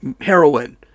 heroin